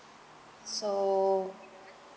so